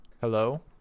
Hello